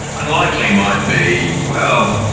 unlikely might be, well,